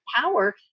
power